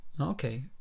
Okay